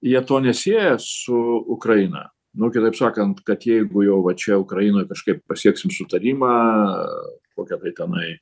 jie to nesieja su ukraina nu kitaip sakant kad jeigu jau va čia ukrainoj kažkaip pasieksim sutarimą kokią tai tenai